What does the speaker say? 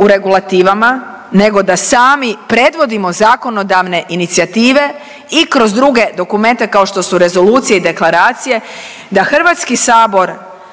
u regulativama nego da sami predvodimo zakonodavne inicijative i kroz druge dokumente kao što su rezolucije i deklaracije, da Hrvatski sabor